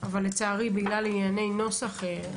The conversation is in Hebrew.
אבל לצערי בגלל ענייני נוסח,